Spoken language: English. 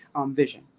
vision